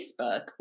Facebook